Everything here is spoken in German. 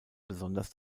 besonders